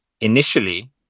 Initially